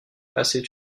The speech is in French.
assez